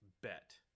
bet